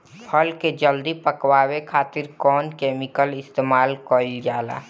फल के जल्दी पकावे खातिर कौन केमिकल इस्तेमाल कईल जाला?